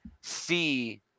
see